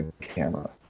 camera